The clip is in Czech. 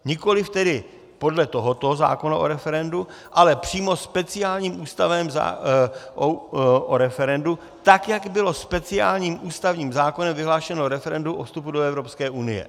Nikoliv tedy podle tohoto zákona o referendu, ale přímo speciálním ústavním zákonem o referendu, tak jak bylo speciálním ústavním zákonem vyhlášeno referendum o vstupu do Evropské unie.